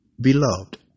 Beloved